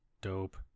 dope